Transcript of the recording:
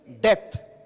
death